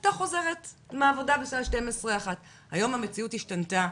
היא הייתה חוזרת מהעבודה בשעה 12 או 1. היום המציאות השתנתה,